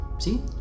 See